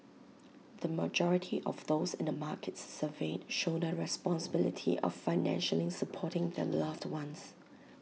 the majority of those in the markets surveyed shoulder the responsibility of financially supporting their loved ones